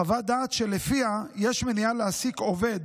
חוות דעת שלפיה יש מניעה להעסיק עובד